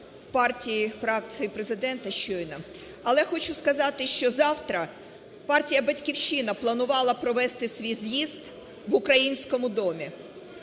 партії фракції Президента щойно, але хочу сказати, що завтра Партія "Батьківщина" планувала провести свій з'їзд в "Українському домі".